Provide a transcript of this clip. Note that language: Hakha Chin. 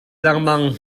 lengmang